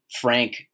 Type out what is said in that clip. frank